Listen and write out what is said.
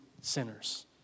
sinners